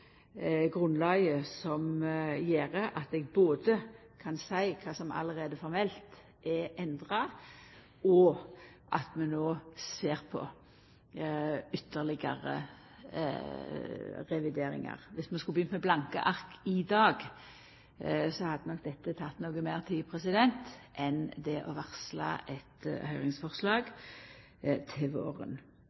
grunnlaget som gjer at eg både kan seia kva som allereie formelt er endra, og at vi no ser på ytterlegare revideringar. Dersom vi skulle begynt med blanke ark i dag, hadde nok dette teke noko meir tid enn det å varsla eit høyringsforslag til våren.